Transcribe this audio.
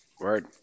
Word